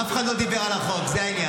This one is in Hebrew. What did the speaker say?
אף אחד לא דיבר על החוק, זה העניין.